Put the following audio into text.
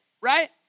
right